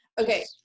Okay